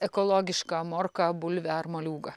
ekologišką morką bulvę ar moliūgą